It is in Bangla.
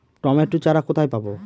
টমেটো চারা কোথায় পাবো?